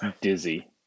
dizzy